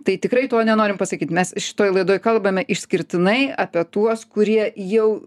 tai tikrai to nenorim pasakyt mes šitoj laidoj kalbame išskirtinai apie tuos kurie jau